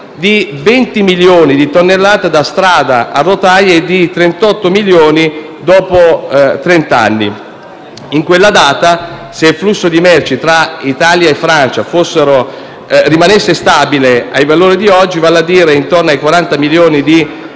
di 20 milioni di tonnellate da strada a rotaia e di 38 milioni dopo 30 anni; in quella data, se il flusso di merci tra Italia e Francia rimanesse stabile ai valori di oggi, vale a dire intorno ai 40 milioni di